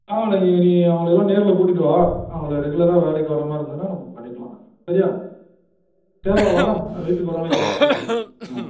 ஆ நீ நீ அவங்களேலாம் நேரில் கூட்டிகிட்டு வா அவங்கள ரெகுலராக வேலைக்கு வர மாதிரி இருந்ததுன்னா நம்ம பண்ணிக்கலாம் சரியா சரிடா வாடா வீட்டுக்கு ஒரு நாளைக்கு வா பேசிக்கலாம் ஆ